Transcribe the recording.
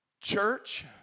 church